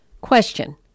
Question